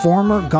Former